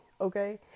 Okay